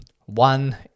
One